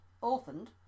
orphaned